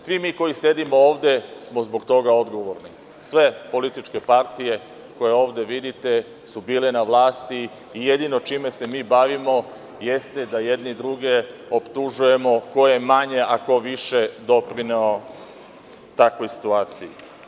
Svi mi koji sedimo ovde smo zbog toga odgovorni, sve političke partije koje ovde vidite su bile na vlasti i jedino čime se mi bavimo jeste da jedni druge optužujemo ko je manje, a ko više doprineo takvoj situaciji.